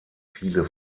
viele